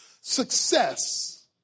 Success